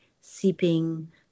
seeping